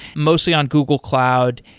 mostly on google cloud.